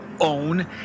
own